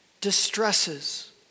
distresses